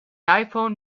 iphone